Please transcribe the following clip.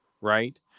Right